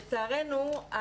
לצערנו,